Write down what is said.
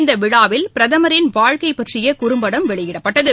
இந்த விழாவில் பிரதமரின் வாழ்க்கைப் பற்றிய குறும்படம் வெளியிடப்பட்டது